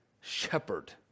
shepherd